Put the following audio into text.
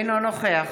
אינו נוכח